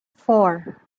four